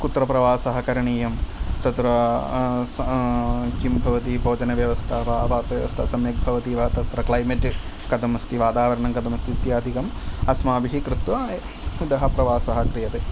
कुत्र प्रवासः करणीयं तत्र किं भवति भोजनव्यवस्था वा आवासव्यवस्था सम्यक् भवति वा तत्र क्लैमेट् कथम् अस्ति वातावरणं कथम् अस्ति इत्यादिकम् अस्माभिः कृत्वा इतः प्रवासः क्रियते